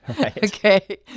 Okay